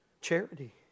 Charity